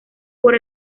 por